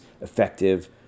effective